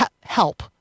help